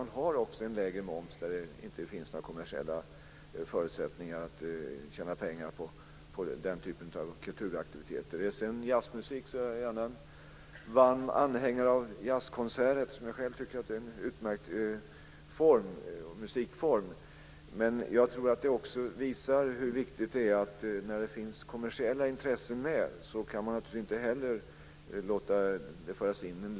När det inte finns några förutsättningar att tjäna pengar är det rimligt att man har en lägre moms. Jag är varm anhängare av jazzkonserter, eftersom jag själv tycker att jazz är en utmärkt musikform. Jag tror att det också visar att man inte kan föra in en lägre momsnivå när det finns kommersiella intressen med.